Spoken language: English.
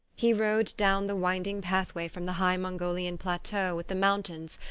he rode down the winding pathway from the high mongolian plateau with the moun tains,